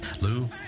Lou